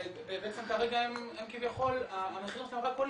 בעצם כרגע המחירים שלהם רק עולים,